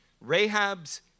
Rahab's